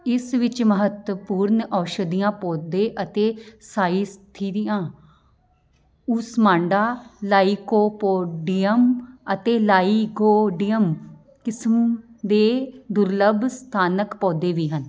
ਇਸ ਵਿੱਚ ਮਹੱਤਵਪੂਰਨ ਔਸ਼ਧੀਆਂ ਪੌਦੇ ਅਤੇ ਸਾਇਥੀਨੀਆ ਓਸਮਾਂਡਾ ਲਾਈਕੋਪੋਡੀਅਮ ਅਤੇ ਲਾਈਗੋਡੀਅਮ ਕਿਸਮ ਦੇ ਦੁਰਲਭ ਸਥਾਨਕ ਪੌਦੇ ਵੀ ਹਨ